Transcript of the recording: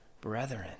brethren